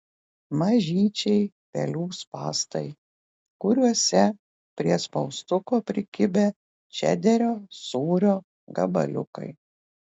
mažyčiai pelių spąstai kuriuose prie spaustuko prikibę čederio sūrio gabaliukai